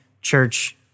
church